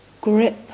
grip